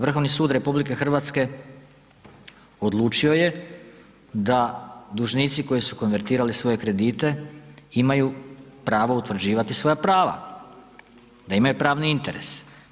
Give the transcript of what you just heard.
Vrhovni sud RH odlučio je da dužnici koji su konvertirali svoje kredite imaju pravo utvrđivati svoja prava, da imaju pravni interes.